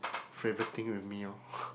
favorite thing with me lor